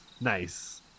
Nice